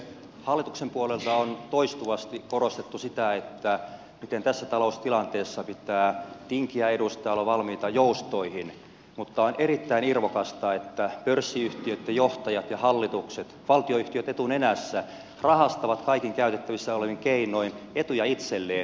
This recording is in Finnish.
hallituksen puolelta on toistuvasti korostettu sitä miten tässä taloustilanteessa pitää tinkiä eduista ja olla valmiita joustoihin mutta on erittäin irvokasta että pörssiyhtiöitten johtajat ja hallitukset valtionyhtiöt etunenässä rahastavat kaikin käytettävissä olevin keinoin etuja itselleen ja omalle lähipiirilleen